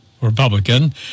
Republican